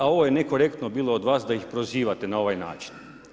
A ovo je nekorektno bilo od vas da ih prozivate na ovaj način.